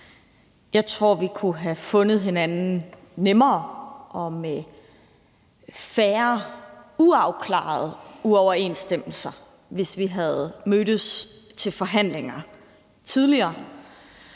Jeg tror, vi kunne have fundet hinanden nemmere og med færre uafklarede uoverensstemmelser, hvis vi havde mødtes til forhandlinger tidligere.